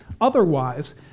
otherwise